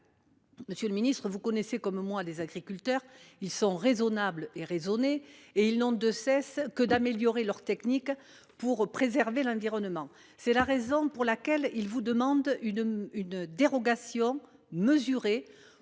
Monsieur le ministre, vous connaissez, comme moi, nos agriculteurs ; vous savez qu’ils sont raisonnables et raisonnés et qu’ils ne cessent d’améliorer leurs techniques pour préserver l’environnement. C’est la raison pour laquelle ils vous demandent une dérogation mesurée